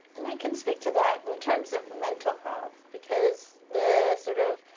and i can speak to that in terms of mental health because the sort of,